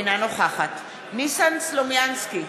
אינה נוכחת ניסן סלומינסקי,